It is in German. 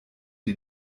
die